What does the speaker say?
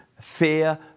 Fear